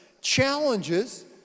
challenges